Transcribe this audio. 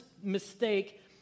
mistake